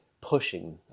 pushing